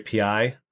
API